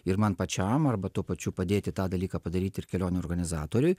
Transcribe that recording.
ir man pačiam arba tuo pačiu padėti tą dalyką padaryti ir kelionių organizatoriui